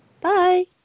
Bye